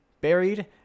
Buried